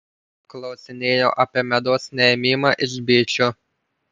klausinėjau apie medaus neėmimą iš bičių